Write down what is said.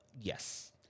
Yes